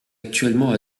actuellement